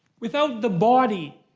without the body,